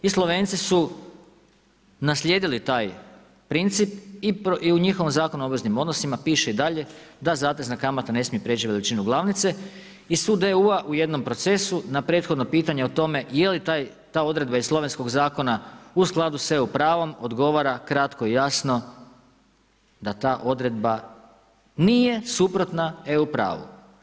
I Slovenci su naslijedili taj princip i u njihovom Zakonu o obveznim odnosima piše i dalje da zatezna kamata ne smije prijeći veličinu glavnice i Sud EU-a u jednom procesu na prethodno pitanje o tome je li ta odredba iz slovenskog zakona u skladu sa EU pravom, odgovara kratko i jasno da ta odredba nije suprotna EU pravu.